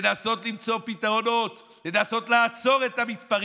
לנסות למצוא פתרונות, לנסות לעצור את המתפרעים,